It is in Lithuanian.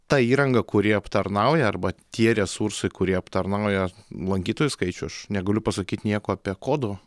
ta įranga kuri aptarnauja arba tie resursai kurie aptarnauja lankytojų skaičių aš negaliu pasakyti nieko apie kodų